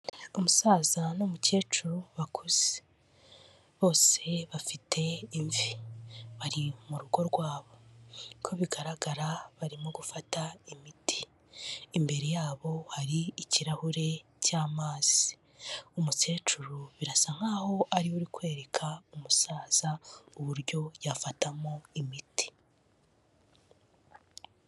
Umusaza n'umukecuru bakuze. Bose bafite imvi. Bari mu rugo rwabo. Uko bigaragara barimo gufata imiti. Imbere yabo hari ikirahure cy'amazi. Umukecuru, birasa nkaho ariwe ari kwereka umusaza uburyo yafatamo imiti.